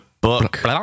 book